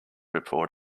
report